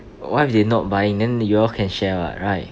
but why if they not buying then you all can share what right